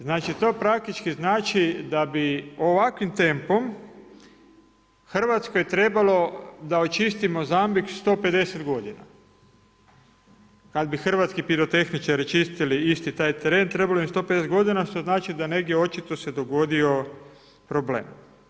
Znači to praktički znači da bi ovakvim tempom Hrvatskoj trebalo da očisti Mozambik 150 godina, kada bi hrvatski pirotehničari čistili isti taj teren trebalo bi im 150 godina, što znači da negdje očito se dogodio problem.